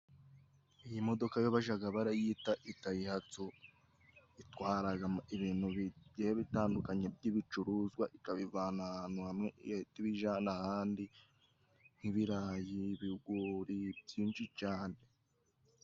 Iyi modoka yo bajya barayita idayihatso, itwara, ibintu bigiye bitandukanye by'ibicuruzwa, ikabivana ahantu hamwe igahita ibijyana ahandi nk'ibirayi, ibigori, ni byinshi cyane.